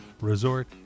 Resort